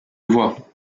vois